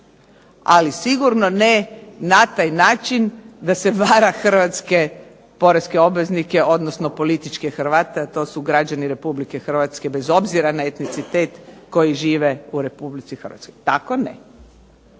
ali sigurno ne na taj način da se vara hrvatske poreske obveznike, odnosno političke Hrvate, a to su građani Republike Hrvatske bez obzira na etnicitet koji žive u Republici Hrvatskoj. Tako ne.